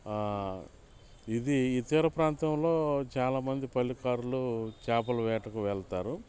ఇది ఈ తీర ప్రాంతంలో చాలా మంది పల్లెకార్లు చేపలు వేటకు వెళ్తారు